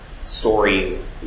stories